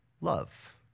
Love